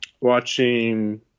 watching